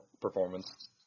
performance